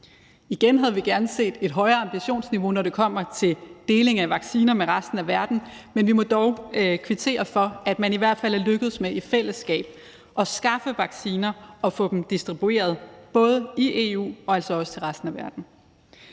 Igen havde vi gerne set et højere ambitionsniveau, når det kommer til deling af vacciner med resten af verden. Men vi må dog kvittere for, at man i hvert fald er lykkedes med i fællesskab at skaffe vacciner og få dem distribueret, både i EU og altså også til resten af verden.